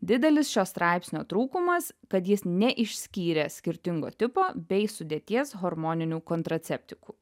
didelis šio straipsnio trūkumas kad jis neišskyrė skirtingo tipo bei sudėties hormoninių kontraceptikų